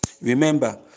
remember